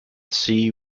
see